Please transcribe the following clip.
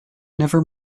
never